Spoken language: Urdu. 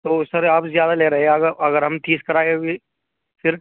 تو سر آپ زیادہ لے رہے ہیں اگر اگر ہم تیس کرائیں ابھی پھر